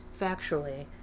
factually